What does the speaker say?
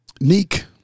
Neek